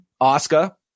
Oscar